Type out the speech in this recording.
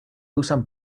usan